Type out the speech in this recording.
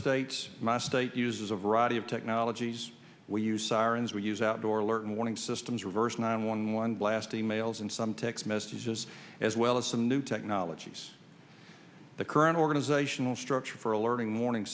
states my state uses a variety of technologies we use sirens we use outdoor learning systems reverse nine one one blast e mails and some text messages as well as some new technologies the current organizational structure for alerting warning